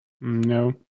No